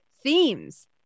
themes